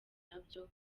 nabyo